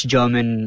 German